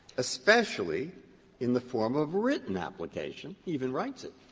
especially in the form of written application. even writes it,